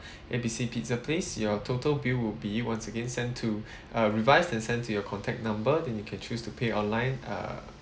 A B C pizza place your total bill will be once again send to uh revised and send to your contact number then you can choose to pay online uh